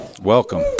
Welcome